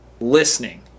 listening